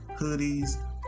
hoodies